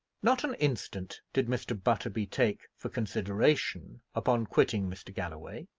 not an instant did mr. butterby take for consideration upon quitting mr. galloway.